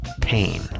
pain